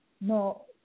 no